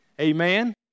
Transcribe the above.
amen